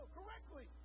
Correctly